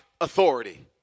authority